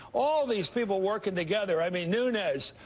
all of these people working together, i mean, newness,